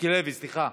מיקי לוי, סליחה,